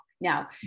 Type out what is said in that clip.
Now